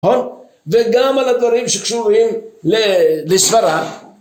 וגם על הדברים שקשורים לסברה